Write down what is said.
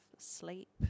sleep